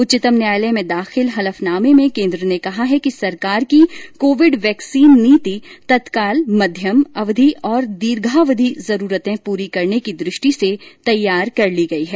उच्चतम न्यायालय में दाखिल हलफनामे में केन्द्र ने कहा है कि सरकार की कोविड वैक्सीन नीति तत्काल मध्यम अवधि और दीर्घावधि जरूरते पूरी करने की दृष्टि से तैयार की गई है